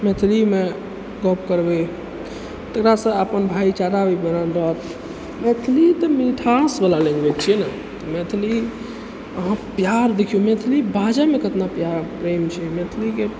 मैथिलीमे गप करबै तकरासँ अपन भाई चारा भी बनल रहत मैथिली तऽ मिठासवला लैंग्वैज छियै ने मैथिली अहाँ प्यार देखियो मैथिली बाजैमे कितना प्यार प्रेम छै मैथिलीके